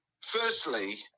Firstly